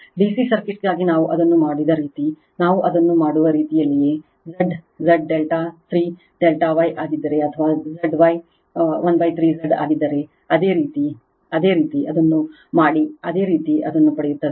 DC ಸರ್ಕ್ಯೂಟ್ಗಾಗಿ ನಾವು ಅದನ್ನು ಮಾಡಿದ ರೀತಿ ನಾವು ಅದನ್ನು ಮಾಡುವ ರೀತಿಯಲ್ಲಿಯೇ Z Z ∆ 3 Z Y ಆಗಿದ್ದರೆ ಅಥವಾ Z Y 13 Z ಆಗಿದ್ದರೆ ಅದೇ ರೀತಿ ಅದನ್ನು ಮಾಡಿ ಅದೇ ರೀತಿ ಅದನ್ನು ಪಡೆಯುತ್ತದೆ